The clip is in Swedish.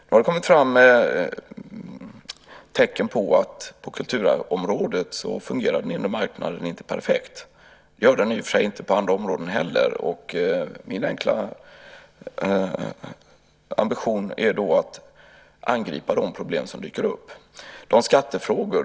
Nu har det kommit tecken på att den inre marknaden inte fungerar perfekt på kulturområdet - det gör den i och för sig inte på andra områden heller. Min enkla ambition är då att angripa de problem som dyker upp.